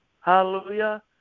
Hallelujah